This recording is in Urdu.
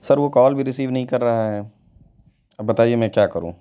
سر وہ کال بھی ریسیو نہیں کر رہا ہے اب بتائیے میں کیا کروں